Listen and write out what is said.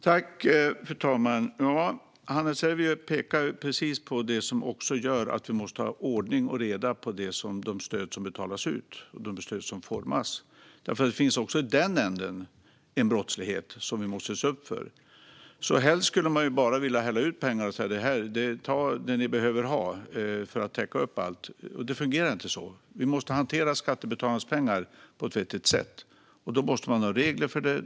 Fru talman! Hannes Hervieu pekar precis på det som gör att vi måste ha ordning och reda i hur stöd utformas och betalas ut. Det finns nämligen också i den ändan en brottslighet som vi måste se upp för. Helst skulle man bara vilja hälla ut pengar och säga "ta det ni behöver för att täcka upp allt". Men det fungerar inte så. Vi måste hantera skattebetalarnas pengar på ett vettigt sätt, och då måste man ha regler för det.